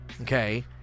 okay